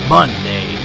Monday